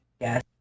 yes